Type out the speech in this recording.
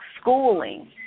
schooling